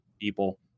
people